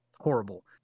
horrible